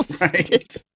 Right